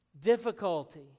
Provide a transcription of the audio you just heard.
difficulty